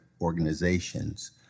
organizations